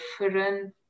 different